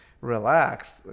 relaxed